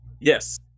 Yes